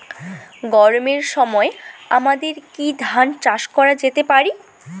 গরমের সময় আমাদের কি ধান চাষ করা যেতে পারি?